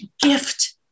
gift